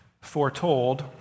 foretold